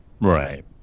Right